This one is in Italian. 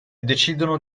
decidono